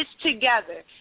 together